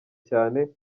cyane